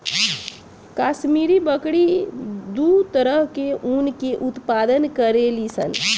काश्मीरी बकरी दू तरह के ऊन के उत्पादन करेली सन